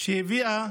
שהביאה